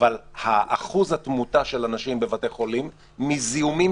אבל אחוז התמותה של אנשים בבתי החולים מזיהומים